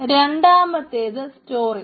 രണ്ടാമത് സ്റ്റോറേജ്